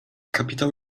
kapitał